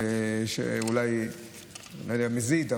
אני לא יודע אם זה במזיד,